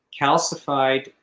calcified